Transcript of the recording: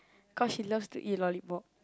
cause she love to eat lollipop